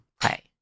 play